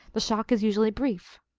the shock is usually brief.